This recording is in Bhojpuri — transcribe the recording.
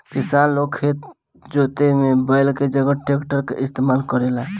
किसान लोग खेत जोते में बैल के जगह ट्रैक्टर ही इस्तेमाल करेला